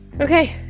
Okay